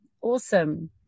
awesome